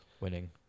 winning